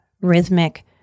rhythmic